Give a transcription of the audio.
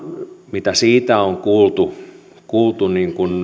mitä siitä on kuultu kuultu